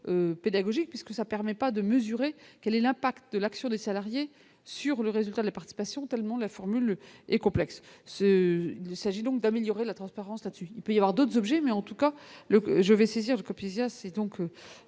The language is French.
pédagogique parce que ça permet pas de mesurer quel est l'impact de l'action des salariés sur le résultat de la partie passion tellement la formule est complexe, ce qu'il s'agit donc d'améliorer la transparence là dessus, il peut y avoir d'autres objets, mais en tout cas le je vais saisir Kapisa c'est donc